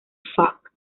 fuck